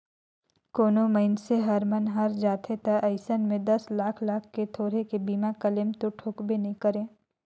कोनो मइनसे हर मन हर जाथे त अइसन में दस लाख लाख ले थोरहें के बीमा क्लेम तो ठोकबे नई करे